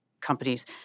companies